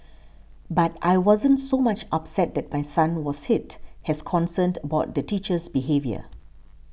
but I wasn't so much upset that my son was hit as concerned about the teacher's behaviour